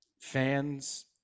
fans